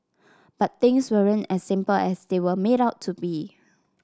but things weren't as simple as they were made out to be